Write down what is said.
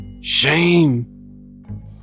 Shame